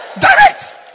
Direct